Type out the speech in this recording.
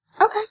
Okay